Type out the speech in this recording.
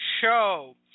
show